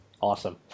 Awesome